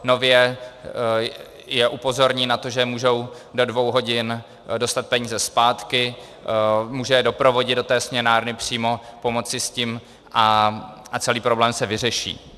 Nově je upozorní na to, že můžou do dvou hodin dostat peníze zpátky, může je doprovodit do té směnárny přímo, pomoci s tím a celý problém se vyřeší.